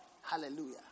Hallelujah